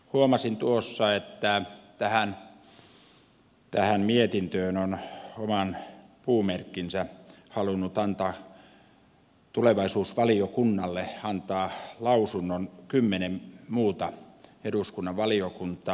huomasin tuossa että tähän mietintöön on oman puumerkkinsä lausunnon halunnut tulevaisuusvaliokunnalle antaa kymmenen muuta eduskunnan valiokuntaa